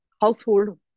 household